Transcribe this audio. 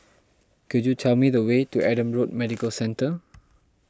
could you tell me the way to Adam Road Medical Centre